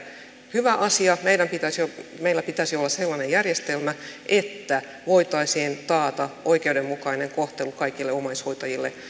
hyvä asia meillä pitäisi olla sellainen järjestelmä että voitaisiin taata oikeudenmukainen kohtelu kaikille omaishoitajille